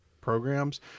programs